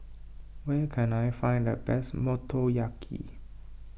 where can I find the best Motoyaki